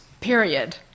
period